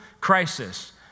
crisis